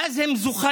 ואז הם זוחלים